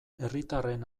herritarren